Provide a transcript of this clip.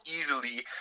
easily